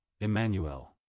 Emmanuel